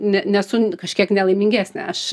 ne nesu kažkiek nelaimingesnė aš